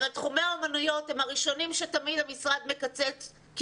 אבל תחומי האומנויות הם הראשונים שתמיד המשרד מקצץ כי